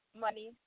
Money